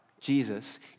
Jesus